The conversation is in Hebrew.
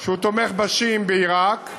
שהוא תומך בשיעים בעיראק,